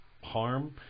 harm